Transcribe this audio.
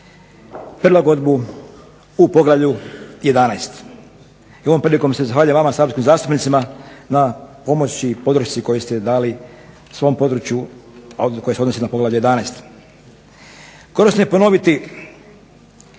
prilagodbu u Poglavlju 11. I ovom prilikom se zahvaljujem vama saborskim zastupnicima na pomoći i podršci koju ste dali svom području, a koje se odnosi na Poglavlje 11. Korisno je ponoviti